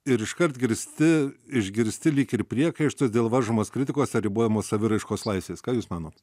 ir iškart girsti išgirsti lyg ir priekaištus dėl varžomos kritikos ar ribojamos saviraiškos laisvės ką jūs manot